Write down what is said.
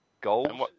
Gold